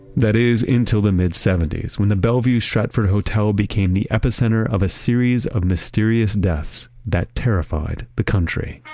that is until the mid seventy s when the bellevue stratford hotel became the epicenter of a series of mysterious deaths that terrified the country.